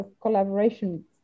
collaboration